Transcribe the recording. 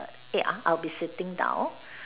eh I'll I'll be sitting down